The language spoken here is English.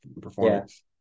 performance